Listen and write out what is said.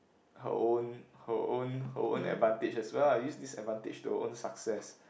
her own her own her own advantage as well lah use this advantage to her own success